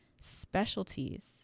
specialties